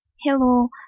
Hello